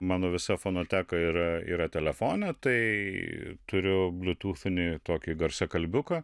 mano visa fonoteka yra yra telefone tai turiu bliutufinį tokį garsiakalbiuką